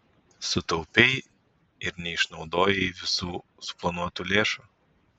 sutaupei ir neišnaudojai visų suplanuotų lėšų